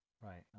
Right